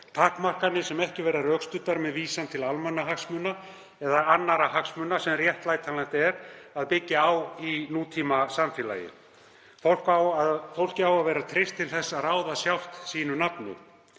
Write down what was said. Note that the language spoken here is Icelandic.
takmarkanir sem ekki verða rökstuddar með vísan til almannahagsmuna eða annarra hagsmuna sem réttlætanlegt er að byggja á í nútímasamfélagi. Fólki á að vera treyst til að ráða sjálft nafni